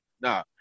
Nah